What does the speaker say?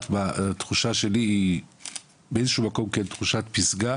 התחושה שלי היא באיזשהו מקום תחושת פסגה